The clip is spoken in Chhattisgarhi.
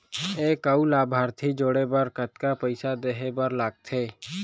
एक अऊ लाभार्थी जोड़े बर कतका पइसा देहे बर लागथे?